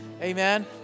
amen